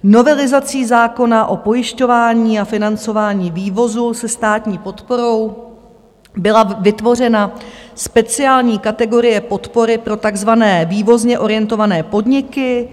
Novelizací zákona o pojišťování a financování vývozu se státní podporou byla vytvořena speciální kategorie podpory pro takzvané vývozně orientované podniky.